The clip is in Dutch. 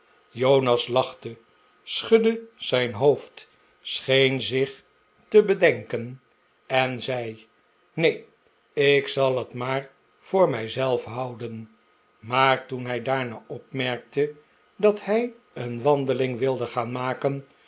jonas lachte schudde zijn hoofd scheen zich te bedenken en zei neeri ik zal het maar voor mij zelf houden maar toen hij daarna opmerkte dat hij een wandeling wilde gaan maken